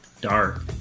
Dark